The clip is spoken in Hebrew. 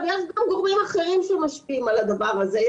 יש גם גורמים אחרים שמשפיעים על הדבר הזה.